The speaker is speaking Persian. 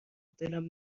دلم